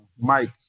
Mike